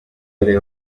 areba